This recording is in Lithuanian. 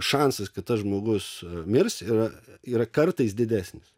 šansas kad tas žmogus mirs yra yra kartais didesnis